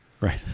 Right